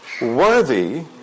Worthy